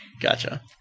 Gotcha